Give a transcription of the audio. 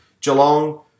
Geelong